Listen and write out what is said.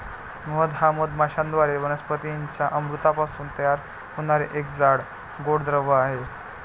मध हा मधमाश्यांद्वारे वनस्पतीं च्या अमृतापासून तयार होणारा एक जाड, गोड द्रव आहे